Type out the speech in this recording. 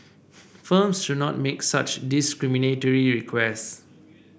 firms should not make such discriminatory requests